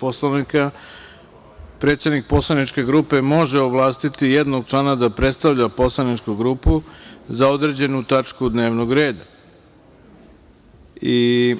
Poslovnika predsednik poslaničke grupe može ovlastiti jednog člana da predstavlja poslaničku grupu za određenu tačku dnevnog reda i